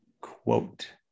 quote